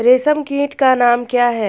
रेशम कीट का नाम क्या है?